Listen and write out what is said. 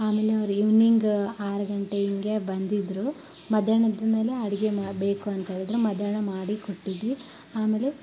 ಆಮೇಲೆ ಅವ್ರು ಈವ್ನಿಂಗ್ ಆರು ಗಂಟೆ ಹಿಂಗೆ ಬಂದಿದ್ದರು ಮಧ್ಯಾಹ್ನದ ಮೇಲೆ ಅಡುಗೆ ಮಾಡಬೇಕು ಅಂಥೇಳಿದ್ರು ಮಧ್ಯಾಹ್ನ ಮಾಡಿ ಕೊಟ್ಟಿದ್ವಿ ಆಮೇಲೆ